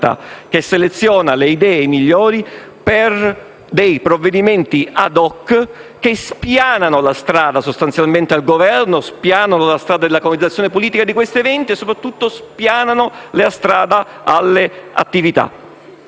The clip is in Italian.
che seleziona le idee migliori per provvedimenti *ad hoc* che spianano la strada sostanzialmente al Governo; spianano la strada della colonizzazione politica di questi eventi e soprattutto spianano la strada alle attività.